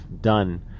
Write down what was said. done